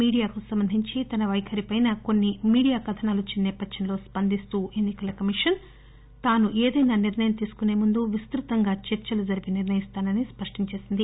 మీడియాకు సంబంధించి తన వైఖరి పైన కొన్ని మీడియా కథనాలు వచ్చిన నేపథ్యంలో స్పందిస్తూ ఎన్నికల కమిషన్ తాను ఏదైనా నిర్ణయం తీసుకునే ముందు విస్తృతంగా చర్చలు జరిపి నిర్ణయిస్తానని స్పష్టం చేసింది